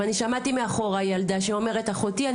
ואני שמעתי מאחורה ילדה שאומרת אחותי,